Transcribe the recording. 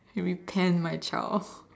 maybe can my child